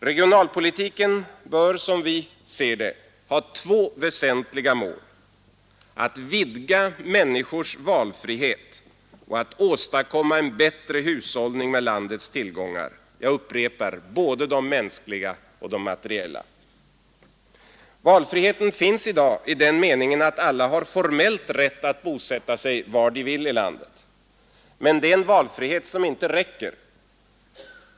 Regionalpolitiken bör, som vi ser det, ha två väsentliga mål: att vidga människors valfrihet och att åstadkomma en bättre hushållning med landets tillgångar, både de mänskliga och de materiella. Valfriheten finns i dag i den meningen att alla har formell rätt att bosätta sig var de vill i landet. Men den valfriheten räcker inte.